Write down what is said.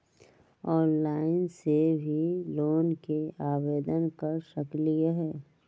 Online से भी loan के आवेदन कर सकलीहल?